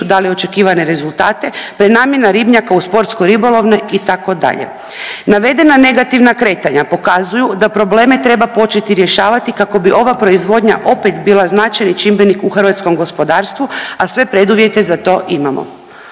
nisu dali očekivane rezultate, prenamjena ribnjaka u sportsko-ribolovne itd. Navedena negativna kretanja pokazuju da probleme treba početi rješavati kako bi ova proizvodnja opet bila značajni čimbenik u hrvatskom gospodarstvu, a sve preduvjete za to imamo.